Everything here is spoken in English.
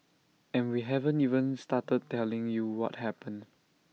and we haven't even started telling you what happened